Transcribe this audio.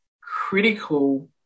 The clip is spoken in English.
critical